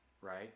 right